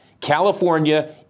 California